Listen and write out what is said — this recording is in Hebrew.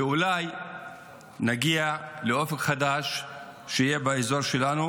ואולי נגיע לאופק חדש שיהיה באזור שלנו.